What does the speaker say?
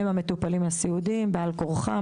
הם המטופלים הסעודיים בעל כורחם,